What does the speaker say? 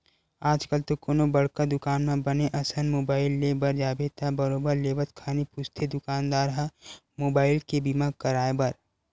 आजकल तो कोनो बड़का दुकान म बने असन मुबाइल ले बर जाबे त बरोबर लेवत खानी पूछथे दुकानदार ह मुबाइल के बीमा कराय बर